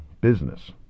business